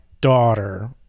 daughter